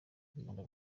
birinda